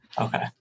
Okay